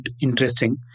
interesting